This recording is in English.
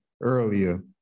earlier